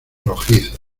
rojizos